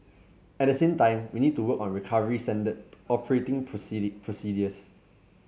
at the same time we need to work on recovery standard operating procedures